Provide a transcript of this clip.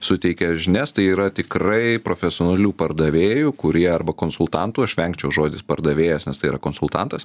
suteikia žinias tai yra tikrai profesionalių pardavėjų kurie arba konsultantų aš vengčiau žodis pardavėjas nes tai yra konsultantas